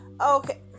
okay